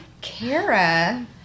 Kara